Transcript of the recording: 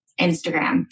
Instagram